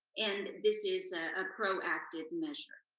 and this is a proactive measure.